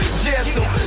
gentle